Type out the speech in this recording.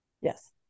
yes